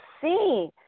see